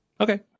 okay